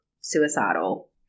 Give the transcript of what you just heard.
suicidal